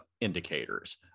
indicators